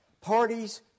Parties